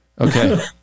Okay